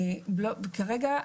כרגע,